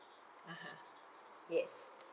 (uh huh) yes